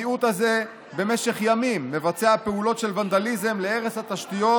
המיעוט הזה במשך ימים מבצע פעולות של ונדליזם והרס התשתיות